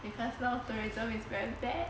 because now terrorism is very bad